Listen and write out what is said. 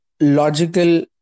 logical